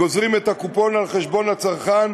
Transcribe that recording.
גוזרים את הקופון על חשבון הצרכן,